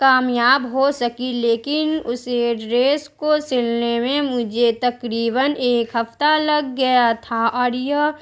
کامیاب ہو سکی لیکن اس ڈریس کو سلنے میں مجھے تقریباً ایک ہفتہ لگ گیا تھا اور یہ